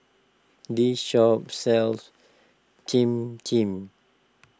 this shop sells Cham Cham